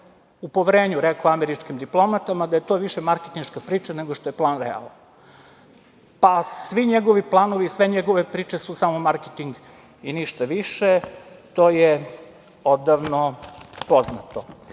U poverenju je rekao američkim diplomatama da je to više marketinška priča nego što je plan realan. Pa svi njegovi planovi i sve njegove priče su samo marketing i ništa više, to je odavno poznato. Sad